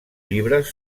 llibres